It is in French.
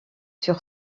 sur